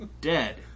dead